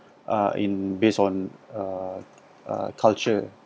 uh in based on uh uh culture